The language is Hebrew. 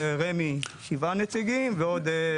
לרמ"י שבעה נציגים ועוד.